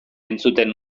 entzuten